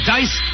Dice